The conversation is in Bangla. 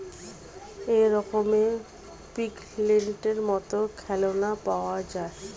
এক রকমের পিগলেটের মত খেলনা পাওয়া যায়